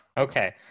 Okay